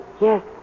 Yes